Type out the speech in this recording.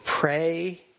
pray